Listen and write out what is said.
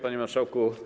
Panie Marszałku!